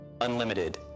unlimited